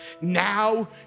now